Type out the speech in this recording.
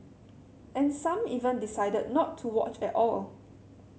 and some even decided not to watch at all